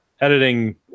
editing